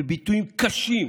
בביטויים קשים,